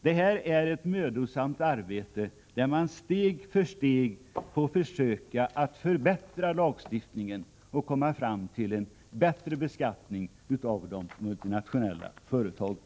Det är fråga om ett mödosamt arbete, där man steg för steg får försöka förbättra lagstiftningen och komma fram till en bättre beskattning av de multinationella företagen.